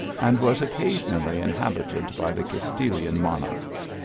and was occasionally in habited by the castilian monarchs.